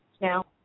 Now